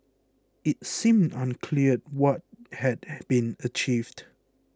it seemed unclear what had been achieved